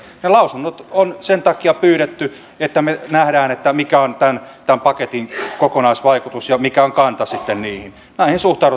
ne lausunnot on sen takia pyydetty että me näemme mikä on tämän paketin kokonaisvaikutus ja mikä on sitten kanta niihin